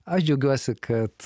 aš džiaugiuosi kad